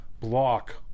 block